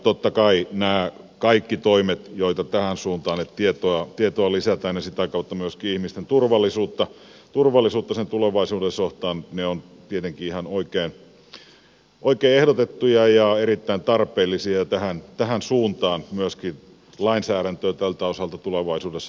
totta kai nämä kaikki toimet joita tähän suuntaan tehdään jotta tietoa lisätään ja sitä kautta myöskin ihmisten turvallisuutta tulevaisuuden suhteen ovat tietenkin ihan oikein ehdotettuja ja erittäin tarpeellisia ja tähän suuntaan lainsäädäntöä tältä osalta pitää tulevaisuudessa edelleen kehittää